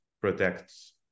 protects